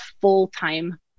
full-time